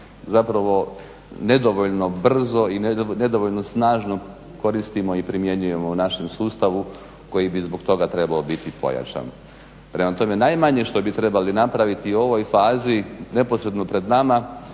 zapravo nedovoljno brzo i nedovoljno snažno koristimo i primjenjujemo u našem sustavu koji bi zbog toga trebao biti pojačan. Prema tome, najmanje što bi trebali napraviti u ovoj fazi neposredno pred nama